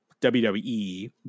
wwe